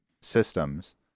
Systems